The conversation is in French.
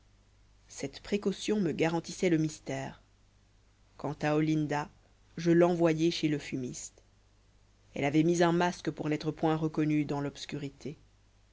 cette précaution me garantissait le mystère quant à olinda je l'envoyai chez le fumiste elle avait mis un masque pour n'être point reconnue dans l'obscurité